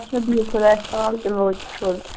اچھا بِہِو خودایَس حَوال تیٚلہِ وٲتۍ أسۍ